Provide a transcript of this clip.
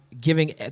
giving